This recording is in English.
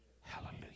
Hallelujah